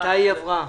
מתי היא עברה?